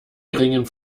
geringen